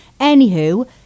Anywho